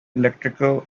electrical